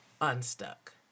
unstuck